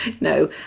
No